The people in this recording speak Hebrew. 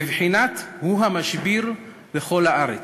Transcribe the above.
בבחינת "הוא המשביר לכל הארץ".